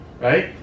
Right